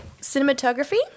Cinematography